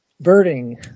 birding